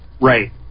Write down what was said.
right